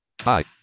Hi